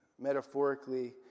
metaphorically